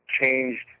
changed